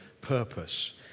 purpose